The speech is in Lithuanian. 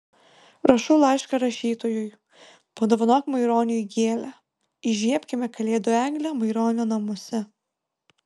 rašau laišką rašytojui padovanok maironiui gėlę įžiebkime kalėdų eglę maironio namuose